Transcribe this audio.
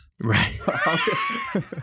Right